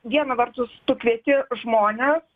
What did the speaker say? viena vertus tu kvieti žmones